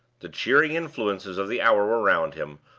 the cheering influences of the hour were round him,